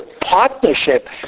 partnership